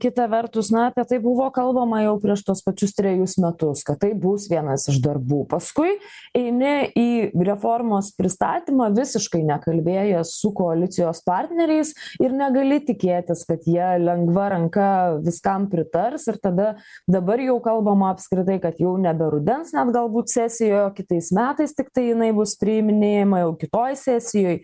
kita vertus na apie tai buvo kalbama jau prieš tuos pačius trejus metus kad tai bus vienas iš darbų paskui eini į reformos pristatymą visiškai nekalbėjęs su koalicijos partneriais ir negali tikėtis kad jie lengva ranka viskam pritars ir tada dabar jau kalbama apskritai kad jau nebe rudens net galbūt sesijoj o kitais metais tiktai jinai bus priiminėjama jau kitoj sesijoj